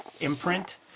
imprint